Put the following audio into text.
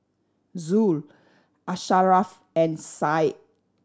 Zul Asharaff and Syah